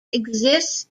exists